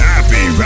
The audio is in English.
Happy